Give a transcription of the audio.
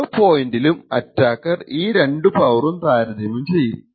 ഓരോ പോയിന്റിലും അറ്റാക്കർ ഈ രണ്ടു പവറും താരതമ്യം ചെയ്യും